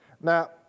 Now